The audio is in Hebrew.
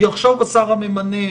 יחשוב השר הממנה,